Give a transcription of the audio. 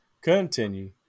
Continue